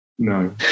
No